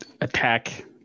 attack